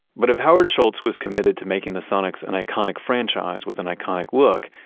but if howard schultz was committed to making the sonics an iconic franchise with an iconic look,